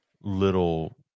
little